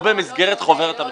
לא במסגרת חוברת המכרז.